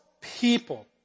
people